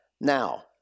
Now